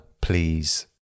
please